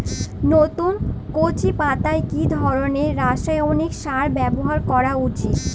নতুন কচি পাতায় কি ধরণের রাসায়নিক সার ব্যবহার করা উচিৎ?